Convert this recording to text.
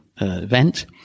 event